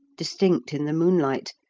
distinct in the moonlight,